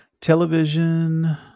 television